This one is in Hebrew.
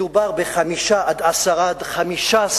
מדובר בחמישה עד 15 אינטלקטואלים,